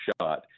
shot